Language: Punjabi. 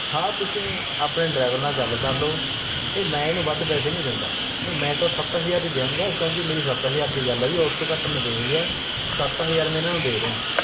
ਹਾਂ ਤੁਸੀਂ ਆਪਣੇ ਡਰਾਈਵਰ ਨਾਲ ਗੱਲ ਕਰ ਲਓ ਅਤੇ ਮੈਂ ਇਹਨੂੰ ਵੱਧ ਪੈਸੇ ਨਹੀਂ ਦਿੰਦਾ ਨਹੀਂ ਮੈਂ ਤਾਂ ਸੱਤ ਹਜ਼ਾਰ ਹੀ ਦੇਊਂਗਾ ਕਿਉਂਕਿ ਮੇਰੀ ਸੱਤ ਹਜ਼ਾਰ ਦੀ ਗੱਲ ਹੋਈ ਉਸ ਤੋਂ ਘੱਟ ਮੈਂ ਦੇ ਨਹੀਂ ਰਿਹਾ ਸੱਤ ਹਜ਼ਾਰ ਮੈ ਇਹਨਾਂ ਨੂੰ ਦੇ ਰਿਹਾ